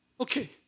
okay